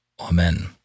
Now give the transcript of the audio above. Amen